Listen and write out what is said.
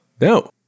no